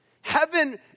heaven